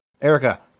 Erica